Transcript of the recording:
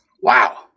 Wow